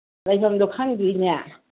ꯂꯩꯕꯝꯗꯣ ꯈꯪꯗ꯭ꯔꯤꯅꯦ